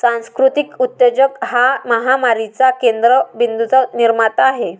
सांस्कृतिक उद्योजक हा महामारीच्या केंद्र बिंदूंचा निर्माता आहे